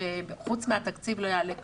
פרט לתקציב לא יעלה כלום.